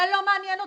זה לא מעניין אותו.